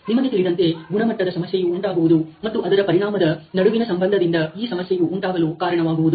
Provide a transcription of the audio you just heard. ನಿಮಗೆ ತಿಳಿದಂತೆ ಗುಣಮಟ್ಟದ ಸಮಸ್ಯಯು ಉಂಟಾಗುವುದು ಮತ್ತು ಅದರ ಪರಿಣಾಮದ ನಡುವಿನ ಸಂಬಂಧದಿಂದ ಈ ಸಮಸ್ಯೆಯು ಉಂಟಾಗಲು ಕಾರಣವಾಗುವುದು